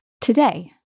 Today